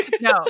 no